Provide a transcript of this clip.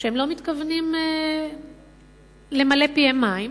שהם לא מתכוונים למלא פיהם מים